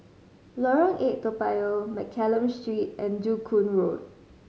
Lorong Eight Toa Payoh Mccallum Street and Joo Koon Road